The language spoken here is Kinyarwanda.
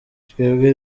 twebwe